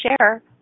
share